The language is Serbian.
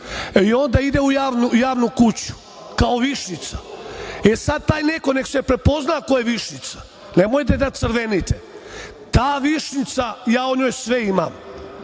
i onda ide u javnu kuću kao „višnjica“ i sada taj neko neka se prepozna ako je višnjica“ nemojte da crvenite. Ta „višnjica“, ja o njoj sve imam